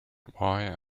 why